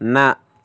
न